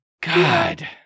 God